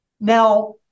Now